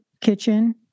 kitchen